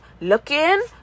looking